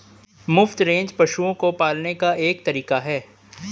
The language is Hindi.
मुफ्त रेंज पशुओं को पालने का एक तरीका है